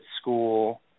school